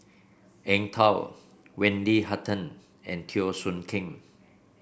Eng Tow Wendy Hutton and Teo Soon Kim